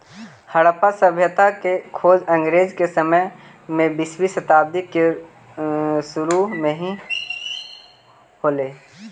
हड़प्पा सभ्यता के खोज अंग्रेज के समय में बीसवीं शताब्दी के सुरु में हो ले